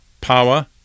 power